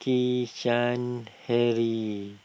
Kezhan Henri